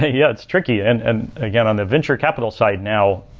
yeah, it's tricky. and and again on the venture capital side now,